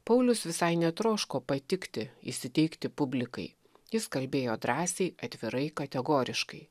paulius visai netroško patikti įsiteikti publikai jis kalbėjo drąsiai atvirai kategoriškai